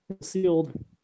Sealed